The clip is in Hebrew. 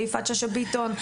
יפעת שאשא-ביטון.